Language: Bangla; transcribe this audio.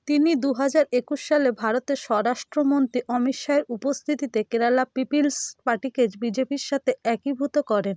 তিনি দু হাজার একুশ সালে ভারতের স্বরাষ্ট্রমন্ত্রী অমিত শাহের উপস্থিতিতে কেরালা পিপিলস পার্টিকে বিজেপির সাথে একীভূত করেন